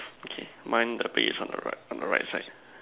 okay mine the bee is on the right on the right side